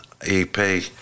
EP